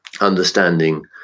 understanding